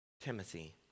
Timothy